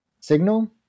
Signal